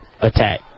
attack